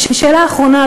ושאלה אחרונה,